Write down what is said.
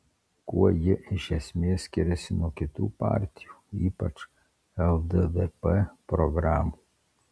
kuo ji iš esmės skiriasi nuo kitų partijų ypač lddp programų